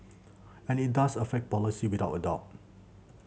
and it does affect policy without a doubt